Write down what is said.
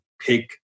pick